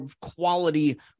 quality